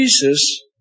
Jesus